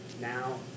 now